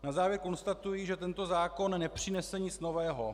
Na závěr konstatuji, že tento zákon nepřinese nic nového.